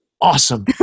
awesome